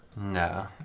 No